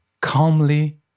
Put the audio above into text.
calmly